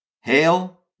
Hail